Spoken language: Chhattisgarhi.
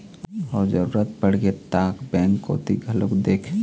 अउ जरुरत पड़गे ता बेंक कोती घलोक देख